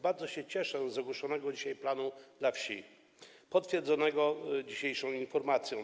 Bardzo się cieszę z ogłoszonego dzisiaj planu dla wsi, potwierdzonego dzisiejszą informacją.